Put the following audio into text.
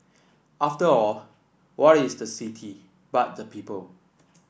after all what is the city but the people